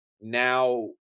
now